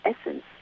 essence